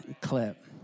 clip